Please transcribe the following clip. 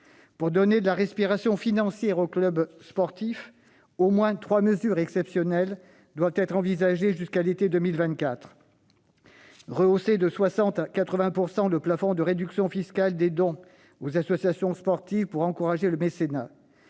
Pour donner de la respiration financière aux clubs sportifs, au moins trois mesures exceptionnelles doivent être envisagées jusqu'à l'été 2024 : d'abord, rehausser de 60 % à 80 % le plafond de réduction fiscale des dons aux associations sportives pour encourager le mécénat